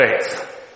faith